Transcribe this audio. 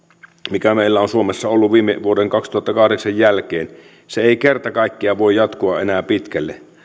mikä meillä on suomessa ollut vuoden kaksituhattakahdeksan jälkeen ei kerta kaikkiaan voi jatkua enää pitkälle